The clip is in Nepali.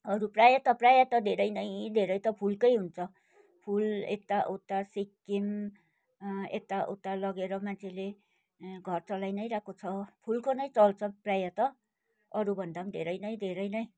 अरू प्रायः त प्रायः त धेरै नै धेरै त फुलकै हुन्छ फुल यता उता सिक्किम यता उता लगेर मान्छेले घर चलाइ नै रहेको छ फुलको नै चल्छ प्रायः त अरू भन्दा पनि धेरै नै धेरै नै